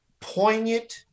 poignant